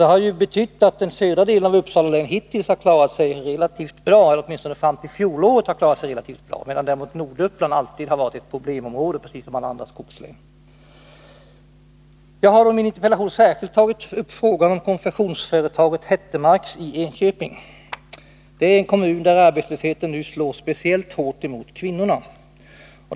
Det har betytt att den södra delen av Uppsala län hittills, i varje fall fram till fjolåret, har klarat sig relativt bra, medan däremot Norduppland i likhet med andra skogslän alltid har varit ett problemområde. I min interpellation har jag särskilt tagit upp frågan om konfektionsföretaget Hettemarks i Enköping. Det är en kommun där arbetslösheten nu slår speciellt hårt mot kvinnorna.